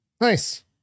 nice